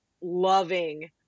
loving